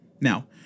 Now